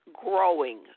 growing